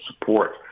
support